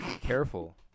careful